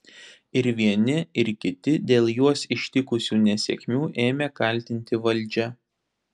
ir vieni ir kiti dėl juos ištikusių nesėkmių ėmė kaltinti valdžią